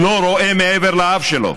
לא רואה מעבר לאף שלו.